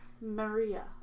Maria